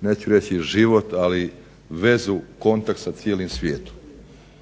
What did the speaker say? neću reći život ali vezu, kontakt sa cijelim svijetom,